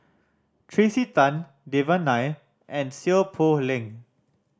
Tracey Tan Devan Nair and Seow Poh Leng